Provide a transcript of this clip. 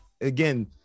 again